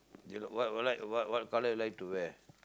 what what like what what colour you like to wear